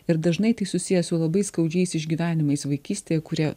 ir dažnai tai susiję su labai skaudžiais išgyvenimais vaikystėje kurie